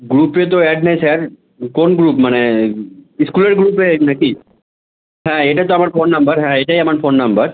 গ্রুপে তো অ্যাড নেই স্যার কোন গ্রুপ মানে স্কুলের গ্রুপে অ্যাড না কি হ্যাঁ এটা তো আমার ফোন নাম্বার হ্যাঁ এটাই আমার ফোন নাম্বার